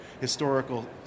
historical